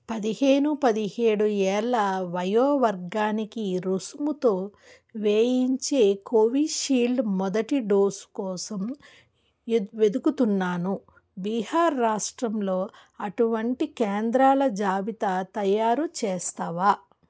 పదిహేను పదిహేడు ఏళ్ళు వయోవర్గానికి రుసుముతో వేయించే కోవిషీల్డ్ మొదటి డోసు కోసం వె వెతుకుతున్నాను బీహార్ రాష్ట్రంలో అటువంటి కేంద్రాల జాబితా తయారు చేస్తావా